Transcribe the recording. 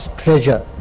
treasure